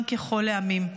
עם ככל העמים.